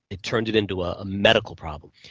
it turned it into a medical problem.